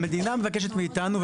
המדינה מבקשת מאיתנו,